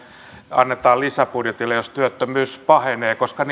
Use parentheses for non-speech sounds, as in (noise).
annetaan lisäbudjetilla jos työttömyys pahenee koska (unintelligible)